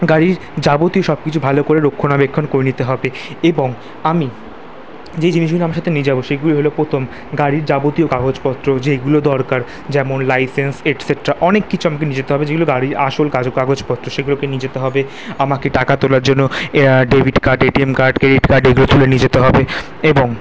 গাড়ির যাবতীয় সব কিছু ভালো করে রক্ষণাবেক্ষণ করে নিতে হবে এবং আমি যেই জিনিসগুলো আমার সাথে নিয়ে যাব সেগুলো হল প্রথম গাড়ির যাবতীয় কাগজপত্র যেগুলো দরকার যেমন লাইসেন্স এটসেটরা অনেক কিছু আমাকে নিয়ে যেতে হবে যেগুলো গাড়ির আসল কাগজপত্র সেগুলোকে নিয়ে যেতে হবে আমাকে টাকা তোলার জন্য debit card ATM card credit card এগুলো তুলে নিয়ে যেতে হবে এবং